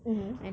mmhmm